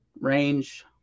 range